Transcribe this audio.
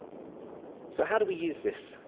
so how do we use this?